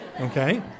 Okay